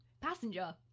Passenger